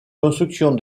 construction